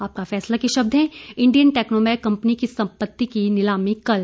आपका फैसला के शब्द हैं इंडियन टैक्नोमैक कंपनी की संपत्ति की नालामी कल